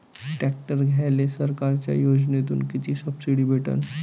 Tractor घ्यायले सरकारच्या योजनेतून किती सबसिडी भेटन?